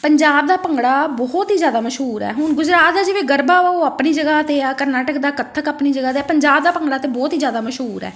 ਪੰਜਾਬ ਦਾ ਭੰਗੜਾ ਬਹੁਤ ਹੀ ਜ਼ਿਆਦਾ ਮਸ਼ਹੂਰ ਹੈ ਹੁਣ ਗੁਜਰਾਤ ਦਾ ਜਿਵੇਂ ਗਰਬਾ ਵਾ ਉਹ ਆਪਣੀ ਜਗ੍ਹਾ 'ਤੇ ਹੈ ਕਰਨਾਟਕ ਦਾ ਕੱਥਕ ਆਪਣੀ ਜਗ੍ਹਾ 'ਤੇ ਪੰਜਾਬ ਦਾ ਭੰਗੜਾ ਤਾਂ ਬਹੁਤ ਹੀ ਜ਼ਿਆਦਾ ਮਸ਼ਹੂਰ ਹੈ